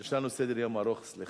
יש לנו סדר-יום ארוך, סליחה.